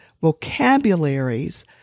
vocabularies